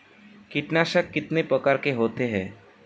कीटनाशक कितने प्रकार के होते हैं?